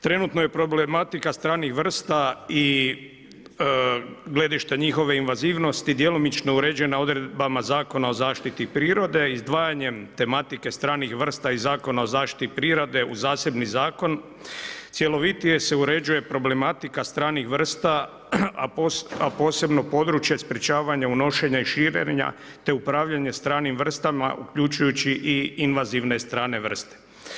Trenutno je problematika stranih vrsta i gledište njihove invazivnosti djelomično uređena odredbama Zakona o zaštiti prirode, izdvajanjem tematike stranih vrsta i Zakona o zaštiti u prirode u zasebni zakon, cjelovitije se uređuje problematika stranih vrsta a posebno područje sprečavanje unošenja i širenja te upravljanje stranim vrstama uključujući invazivne strane vrste.